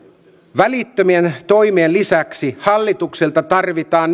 välittömien toimien lisäksi hallitukselta tarvitaan